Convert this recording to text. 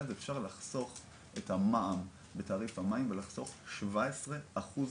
היה אפשר לחסוך את המע"מ בתעריף המים ולחסוך 17% בתעריף,